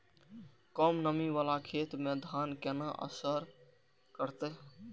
कम नमी वाला खेत में धान केना असर करते?